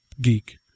geek